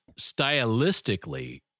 stylistically